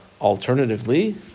Alternatively